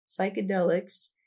psychedelics